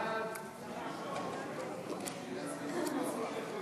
ההסתייגות לחלופין (ב) של חבר הכנסת נחמן שי לפני